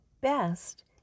best